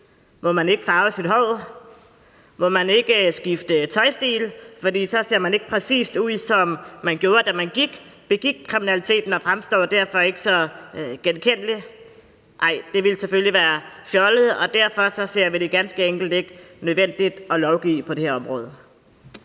Må man ikke farve sit hår? Må man ikke skifte tøjstil, fordi man så ikke ser præcis sådan ud, som man gjorde, da man begik kriminaliteten, og derfor ikke fremstår så genkendelig? Nej, det ville selvfølgelig være fjollet, og derfor anser vi det ganske enkelt ikke for nødvendigt at lovgive på det her område.